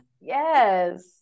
Yes